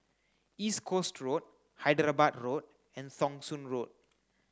East Coast Road Hyderabad Road and Thong Soon Road